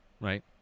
Right